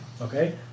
Okay